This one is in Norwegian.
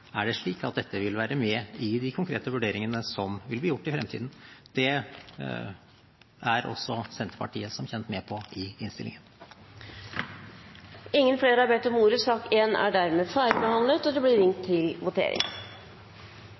er det slik at dette vil være med i de konkrete vurderingene som vil bli gjort i fremtiden. Det er også Senterpartiet som kjent med på i innstillingen. Flere har ikke bedt om ordet til sak nr. 1. Under debatten er det